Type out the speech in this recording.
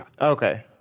Okay